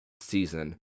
season